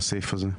בסעיף הזה?